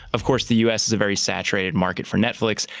of course, the u s. is a very saturated market for netflix.